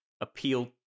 appeal